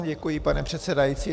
Děkuji, pane předsedající.